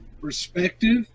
perspective